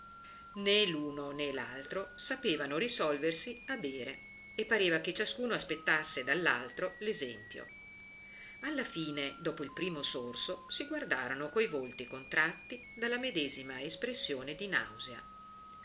né l'uno né l'altro sapevano risolversi a bere e pareva che ciascuno aspettasse dall'altro l'esempio alla fine dopo il primo sorso si guardarono coi volti contratti dalla medesima espressione di nausea